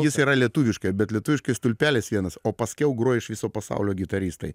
jis yra lietuviškai bet lietuviškai stulpelis vienas o paskiau groja iš viso pasaulio gitaristai